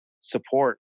support